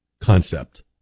concept